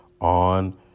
on